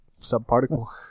sub-particle